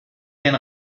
den